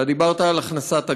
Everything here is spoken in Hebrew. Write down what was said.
אתה דיברת על הכנסת הגז,